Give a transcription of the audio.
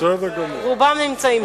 שרובם נמצאים פה.